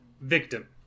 Victim